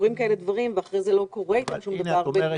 כשקורים כאלה דברים ואחרי כן לא קורה שום דבר,